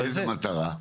איזה מטרה?